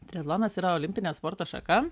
triatlonas yra olimpinė sporto šaka